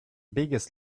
biggest